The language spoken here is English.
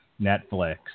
Netflix